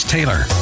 Taylor